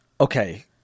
Okay